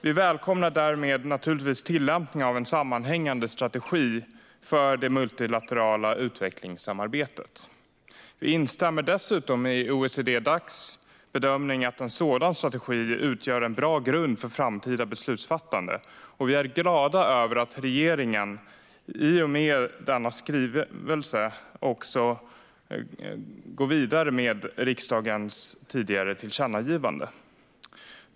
Vi välkomnar därmed tillämpningen av en sammanhängande strategi för det multilaterala utvecklingssamarbetet. Vi instämmer dessutom i OECD-Dacs bedömning att en sådan strategi utgör en bra grund för framtida beslutsfattande. Vi är glada över att regeringen i och med denna skrivelse går vidare med riksdagens tidigare tillkännagivande.